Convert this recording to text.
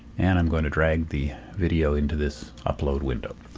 and i'm going to drag the video into this upload window.